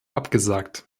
abgesagt